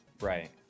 Right